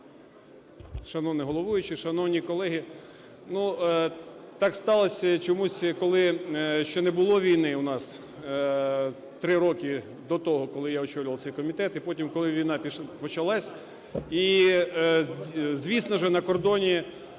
Шановний головуючий, шановні колеги! Так сталося, чомусь, коли ще не було війни у нас, три роки до того, коли я очолював цей комітет, і потім, коли війна почалась, і, звісно ж, на кордоні